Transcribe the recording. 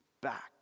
back